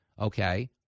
Okay